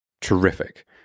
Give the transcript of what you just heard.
terrific